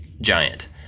giant